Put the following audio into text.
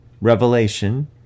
revelation